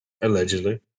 Allegedly